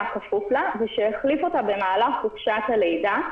כפוף לה ושהחליף אותה במהלך חופשת הלידה,